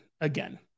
again